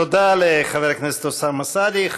תודה לחבר הכנסת אוסאמה סעדי.